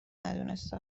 ندونسته